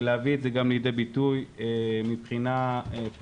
ולהביא את זה גם לידי ביטוי מבחינה פרקטית.